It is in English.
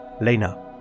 Lena